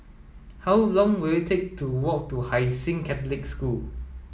how long will it take to walk to Hai Sing Catholic School